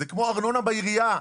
זה כמו ארנונה בעירייה.